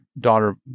daughter